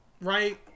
right